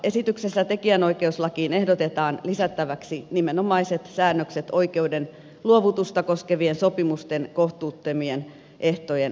esityksessä tekijänoikeuslakiin ehdotetaan lisättäväksi nimenomaiset säännökset oikeuden luovutusta koskevien sopimusten kohtuuttomien ehtojen sovittelusta